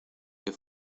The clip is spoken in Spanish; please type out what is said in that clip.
que